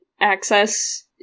access